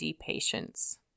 patients